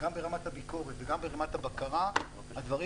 גם ברמת הביקורת וגם ברמת הבקרה הדברים